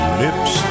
lips